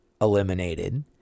eliminated